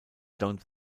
don’t